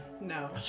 No